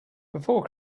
before